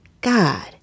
God